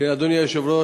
אדוני היושב-ראש,